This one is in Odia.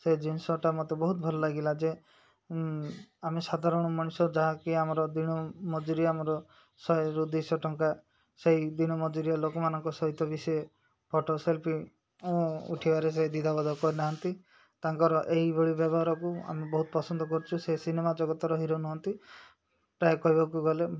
ସେ ଜିନିଷଟା ମୋତେ ବହୁତ ଭଲ ଲାଗିଲା ଯେ ଆମେ ସାଧାରଣ ମଣିଷ ଯାହାକି ଆମର ଦିନ ମଜୁୁରୀ ଆମର ଶହେ ରୁ ଦୁଇଶହ ଟଙ୍କା ସେଇ ଦିନ ମଜୁରୀଆ ଲୋକମାନଙ୍କ ସହିତ ବି ସେ ଫଟୋ ସେଲ୍ଫି ଉଠିବାରେ ସେ ଦ୍ୱିଧାବୋଧ କରିନାହାନ୍ତି ତାଙ୍କର ଏହିଇଭଳି ବ୍ୟବହାରକୁ ଆମେ ବହୁତ ପସନ୍ଦ କରୁଛୁ ସେ ସିନେମା ଜଗତର ହିରୋ ନୁହନ୍ତି ପ୍ରାୟ କହିବାକୁ ଗଲେ